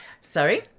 Sorry